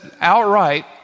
outright